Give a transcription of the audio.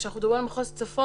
כשאנחנו מדברים על מחוז צפון,